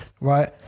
right